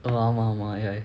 oh ஆமா ஆமா:aamaa aamaa